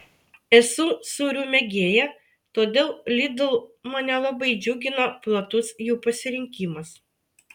esu sūrių mėgėja todėl lidl mane labai džiugina platus jų pasirinkimas